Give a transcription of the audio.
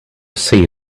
see